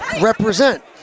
Represent